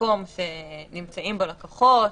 מקום שנמצאים בו לקוחות,